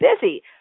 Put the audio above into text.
busy